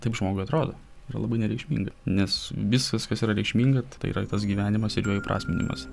taip žmogui atrodo yra labai nereikšminga nes viskas kas yra reikšminga tai yra tas gyvenimas ir jo įprasminimas